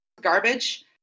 garbage